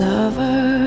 Lover